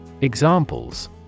Examples